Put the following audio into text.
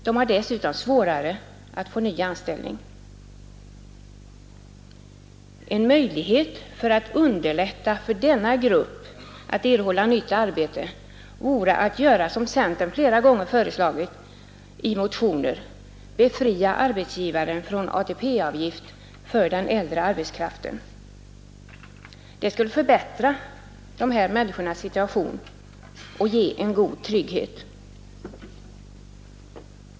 De har dessutom svårare att få ny anställning. En möjlighet att underlätta för denna grupp att erhålla nytt arbete vore att göra som centern flera gånger föreslagit i motioner — befria arbetsgivaren från ATP-avgift för den äldre arbetskraften. Det skulle förbättra de här människornas situation och ge en god trygghet.